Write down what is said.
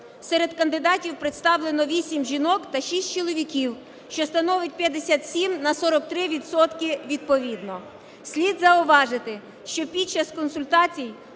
серед кандидатів представлено 8 жінок та 6 чоловіків, що становить 57 на 43 відсотки відповідно. Слід зауважити, що під час консультацій